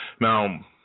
Now